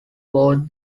both